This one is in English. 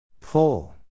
Pull